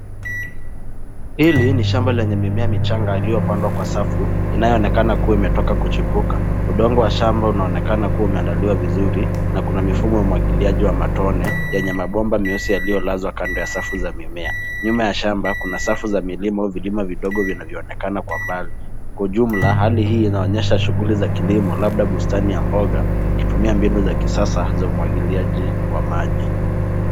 Hili ni shamba lenye mimea michanga, iliyopandwa kwa safu, inayoonekana kuwa imetoka kuchipuka. Udongo wa shamba unaonekana kuwa umeandaliwa vizuri, na kuna mifumo ya umwagiliaji wa matone, yenye mabomba meusi yaliolazwa kando ya safu za mimea. Nyuma ya shamba, kuna safu za milima au vilima vidogo vinavyoonekana kwa mbali. Kwa ujumla hali hii inaonyesha shughuli za kilimo labda bustani ya mboga, nikitumia mbinu za kisasa za umwagiliaji wa maji.